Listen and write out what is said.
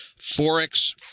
Forex